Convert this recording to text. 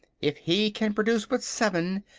if he can produce but seven,